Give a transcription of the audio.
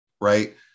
right